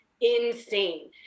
insane